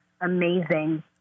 amazing